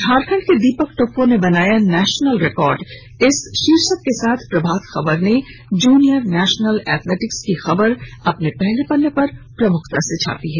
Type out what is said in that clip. झारखंड के दीपक टोप्पो ने बनाया ने नेशनल रिकॉर्ड इस शीर्षक के साथ प्रभात खबर ने जूनियर नेशनल एथलेटिक्स की खबर को पहले पन्ने पर प्रमुखता से प्रकाशित किया है